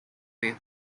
way